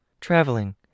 Traveling